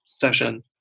session